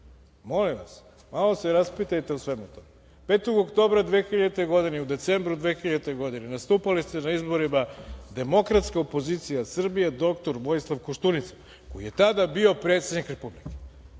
vas, malo se raspitajte o svemu tome. Dakle, 5. oktobra 2000. godine i u decembru 2000. godine nastupali ste na izborima Demokratska opozicija Srbije - dr Vojislav Koštunica, koji je tada bio predsednik Republike.